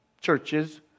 churches